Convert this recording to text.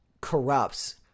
corrupts